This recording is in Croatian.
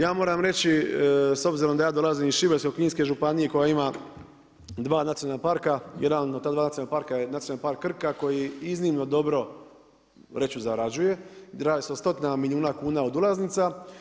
Ja moram reći s obzirom da ja dolazim iz Šibensko-kninske županije koja ima 2 nacionalna parka, jedan od ta dva nacionalna parka je Nacionalni park Krka koji iznimno dobro, reći ću zarađuje, radi se o stotinama milijuna kuna od ulaznica.